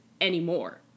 anymore